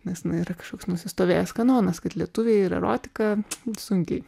nes na yra kažkoks nusistovėjęs kanonas kad lietuviai ir erotika sunkiai